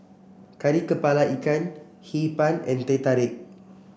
Kari kepala Ikan Hee Pan and Teh Tarik